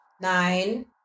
nine